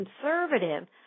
conservative